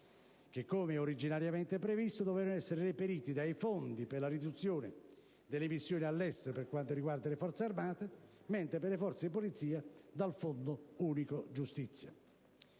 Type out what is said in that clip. quali, come originariamente previsto, dovevano essere reperiti dai fondi per la riduzione delle missioni all'estero per quanto riguarda le Forze armate, mentre per le Forze di polizia dal Fondo unico per la giustizia.